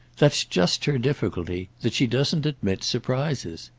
that's just her difficulty that she doesn't admit surprises.